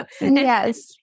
Yes